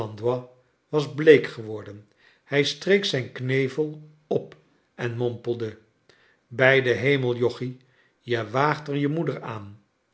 was bleek geworden hij streek zijn knevel op en mompelde bij den hemel joggie je waagt er je moeder aan